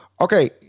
Okay